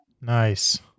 Nice